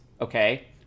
Okay